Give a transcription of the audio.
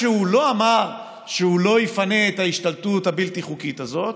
הוא לא אמר שהוא לא יפנה את ההשתלטות הבלתי-חוקית הזאת.